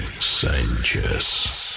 Sanchez